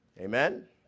Amen